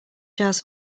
jazz